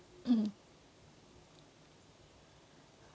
mm